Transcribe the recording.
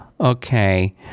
Okay